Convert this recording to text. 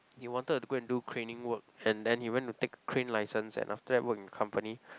he wanted to go and do craning work and then he went to take crane licence and after that work in company